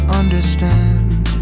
understand